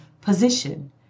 position